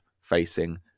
facing